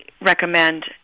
recommend